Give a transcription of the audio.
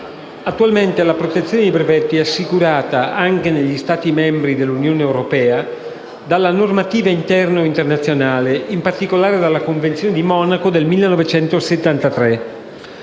Attualmente, la protezione dei brevetti è assicurata, anche negli Stati membri dell'Unione europea, dalla normativa interna o internazionale, in particolare dalla Convenzione di Monaco del 1973.